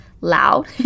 loud